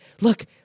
look